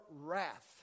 wrath